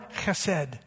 chesed